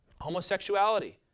Homosexuality